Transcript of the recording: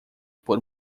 por